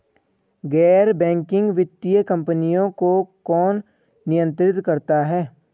गैर बैंकिंग वित्तीय कंपनियों को कौन नियंत्रित करता है?